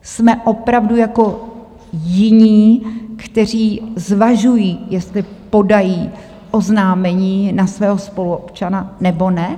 Jsme opravdu jako jiní, kteří zvažují, jestli podají oznámení na svého spoluobčana, nebo ne?